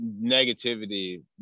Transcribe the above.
negativity